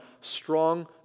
strong